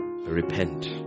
Repent